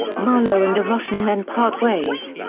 marlow and the russian then part ways.